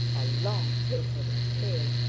a long tapering tail,